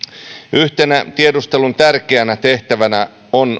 yhtenä tiedustelun tärkeänä tehtävänä on oikean